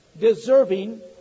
deserving